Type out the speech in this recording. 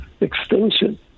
extinction